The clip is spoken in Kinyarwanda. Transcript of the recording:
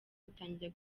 utangira